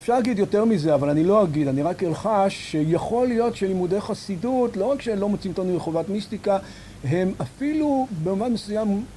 אפשר להגיד יותר מזה אבל אני לא אגיד, אני רק ארחש שיכול להיות שלימודי חסידות, לא רק שלא מוצאים אותנו מחובת מיסטיקה, הם אפילו במובן מסוים...